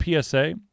PSA